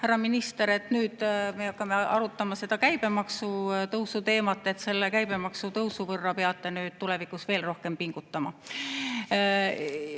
härra minister! Aga nüüd me hakkame arutama käibemaksu tõusu teemat ja selle käibemaksu tõusu võrra peate tulevikus veel rohkem pingutama.